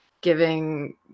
giving